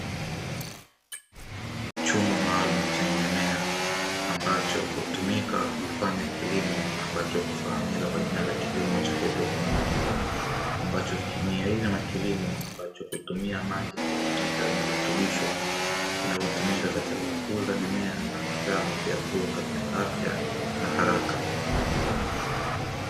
Chumba maalumu chenye mimea ambacho hutumika kufanya kilimo ambacho hufahamika kwa jina la kilimo cha haidroponi, ambacho ni aina ya kilimo ambacho hutumia maji katika vimiminika vyenye virutubisho vinavotumika katika kukuza mimeo na mazao yakue katika afya na haraka.